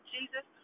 Jesus